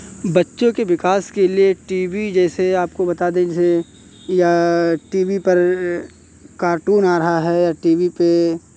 बच्चों के विकास के लिए टी वी जैसे आपको बता दें जैसे या टी वी पर कार्टून आ रहा है या टी वी पे